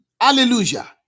Hallelujah